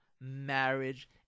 marriage